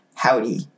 howdy